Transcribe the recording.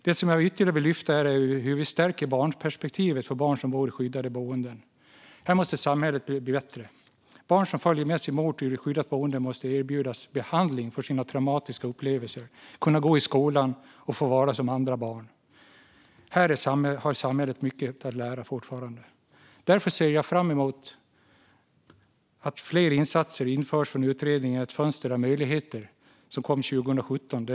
Det som jag ytterligare vill lyfta fram är hur vi stärker barnperspektivet för barn som bor i skyddade boenden. Här måste samhället bli bättre. Barn som följer med sin mor till ett skyddat boende måste erbjudas behandling för sina traumatiska upplevelser, kunna gå i skolan och få vara som andra barn. Här har samhället fortfarande mycket att lära. Därför ser jag fram emot att fler insatser införs från utredningen Ett fönster av möjligheter som kom 2017.